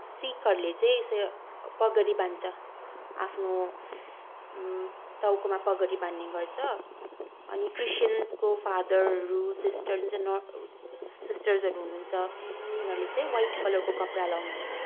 शिखहरूले चाहिँ पगडी बान्छ आफ्नो टाउकोमा पगडी बान्ने गर्छ अनि क्रिस्टियन्सको फादरहरू सिस्टरहरू जुन चाहिँ सिस्टरहरू हुनुहुन्छ उनीहरूले चाहिँ वाइट कलरको कपडा लाउनुहुन्छ